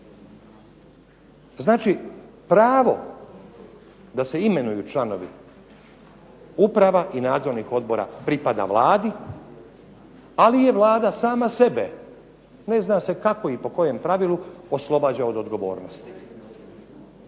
Znači pravo da se imenuju članovi uprava i nadzornih odbora pripada Vladi, ali je Vlada sama sebe ne zna se kako i po kojem pravilu oslobađa od odgovornosti.